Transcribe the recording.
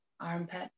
armpit